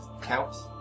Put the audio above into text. counts